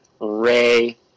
Ray